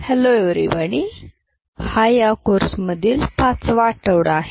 सर्वांना नमस्कार हा या कोर्समधील पाचवा आठवडा आहे